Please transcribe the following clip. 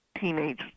teenage